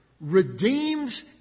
redeems